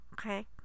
Okay